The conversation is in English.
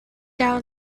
down